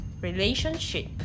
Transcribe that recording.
relationship